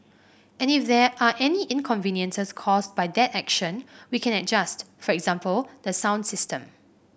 and if there are any inconveniences caused by that action we can adjust for example the sound system